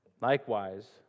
Likewise